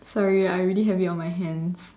sorry I already have it on my hands